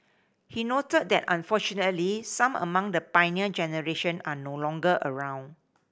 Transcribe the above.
he noted that unfortunately some among the Pioneer Generation are no longer around